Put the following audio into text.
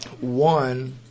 One